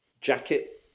jacket